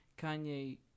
Kanye